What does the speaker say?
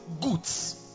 goods